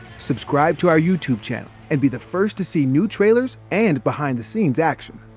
subscribe to our youtube channel and be the first to see new trailers and behind the scenes action.